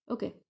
Okay